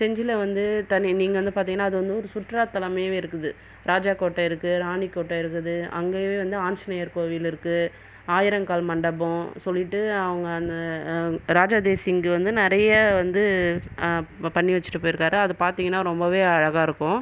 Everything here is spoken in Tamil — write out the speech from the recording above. செஞ்சியில் வந்து தனி நீங்கள் வந்து பார்த்திங்கன்னா அது வந்து சுற்றுலா தலமாவே இருக்குது ராஜா கோட்டை இருக்கு ராணி கோட்டை இருக்குது அங்கேயே வந்து ஆஞ்சனேயர் கோவில் இருக்கு ஆயிரம்கால் மண்டபம் சொல்லிட்டு அவங்க அந்த ராஜா தேசிங்கு வந்து நிறைய வந்து பண்ணி வச்சிட்டு போயிருக்காரு அதை பார்த்திங்கன்னா ரொம்பவே அழகாக இருக்கும்